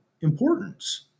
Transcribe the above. importance